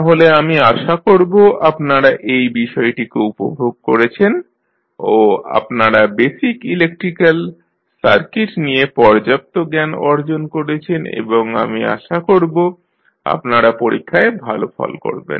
তাহলে আমি আশা করব আপনারা এই বিষয়টিকে উপভোগ করেছেন ও আপনারা বেসিক ইলেক্ট্রিক্যাল সার্কিট নিয়ে পর্যাপ্ত জ্ঞান অর্জন করেছেন এবং আমি আশা করব আপনারা পরীক্ষায় ভালো ফল করবেন